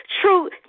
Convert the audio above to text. true